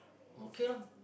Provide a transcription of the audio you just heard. okay lah